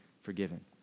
forgiven